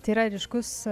tai yra ryškus